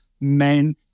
men